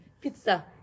pizza